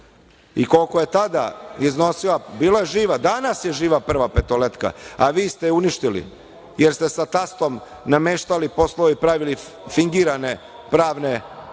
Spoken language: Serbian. i kolko je tada iznosila… Bila je živa? Danas je živa „Prva petoletka“, a vi ste je uništili, jer ste sa tastom nameštali poslove i pravili fingirane pravne ugovore,